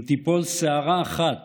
אם תיפול שערה אחת